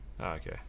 okay